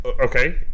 okay